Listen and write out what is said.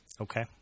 Okay